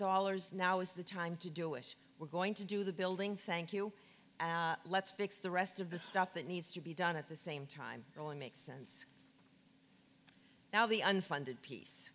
dollars now is the time to do it we're going to do the building thank you let's fix the rest of the stuff that needs to be done at the same time knowing makes sense now the unfunded piece